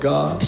God